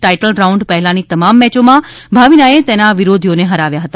title round પહેલાની તમામ મેચોમાં ભાવિના એ તેના વિરોધીઓને હરાવી દીધા હતા